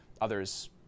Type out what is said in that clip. others